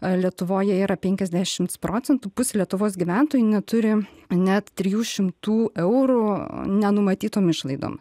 ar lietuvoje yra penkiasdešimts procentų pusė lietuvos gyventojų neturi net trijų šimtų eurų nenumatytom išlaidom